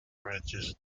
frances